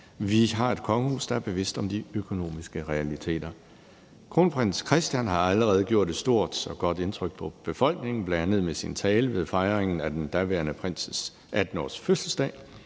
vi har et kongehus, der er bevidst om de økonomiske realiteter. Kronprins Christian har allerede gjort et stort og godt indtryk på befolkningen, bl.a. med sin tale ved fejringen af den daværende prins' 18-årsfødselsdag,